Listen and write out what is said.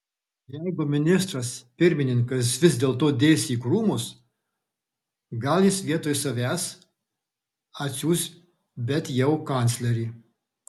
jeigu ministras pirmininkas vis dėlto dės į krūmus gal jis vietoj savęs atsiųs bet jau kanclerį